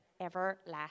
everlasting